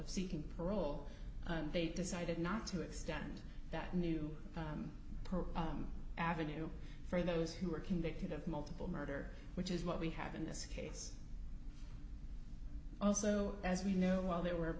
seeking parole they decided not to extend that new avenue for those who were convicted of multiple murder which is what we have in this case also as we know while there were